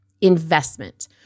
investment